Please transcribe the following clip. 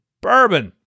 bourbon